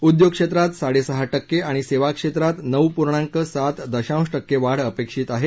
उद्योग क्षेत्रात साडे सहा टक्के आणि सेवा क्षेत्रात नऊ पूर्णांक सात दशांश टक्के वाढ अपेक्षित आहे